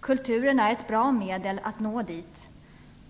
Kulturen är ett bra medel att nå dit.